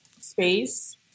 space